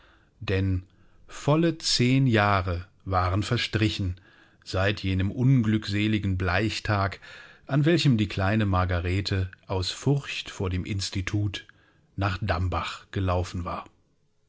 denn volle zehn jahre waren verstrichen seit jenem unglückseligen bleichtag an welchem die kleine margarete aus furcht vor dem institut nach dambach gelaufen war